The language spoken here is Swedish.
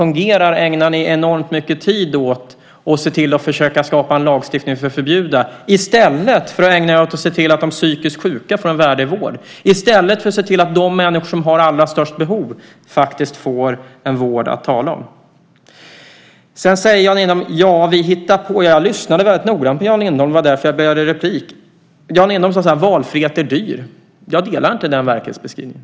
Ni ägnar enormt mycket tid åt att försöka skapa en lagstiftning för att förbjuda det som fungerar i stället för att ägna er åt att se till att de psykiskt sjuka får en värdig vård och i stället för att se till att de människor som har störst behov får en vård att tala om. Jan Lindholm säger att vi hittar på. Jag lyssnade väldigt noga på Jan Lindholm. Det var därför jag begärde replik. Jan Lindholm sade att valfrihet är dyr. Jag delar inte den verklighetsbeskrivningen.